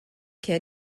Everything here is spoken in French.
quai